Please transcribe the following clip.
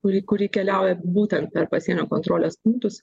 kuri kuri keliauja būtent per pasienio kontrolės punktus